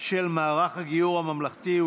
של מערך הגיור הממלכתי,